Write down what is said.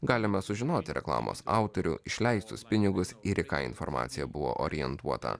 galime sužinoti reklamos autorių išleistus pinigus ir į ką informacija buvo orientuota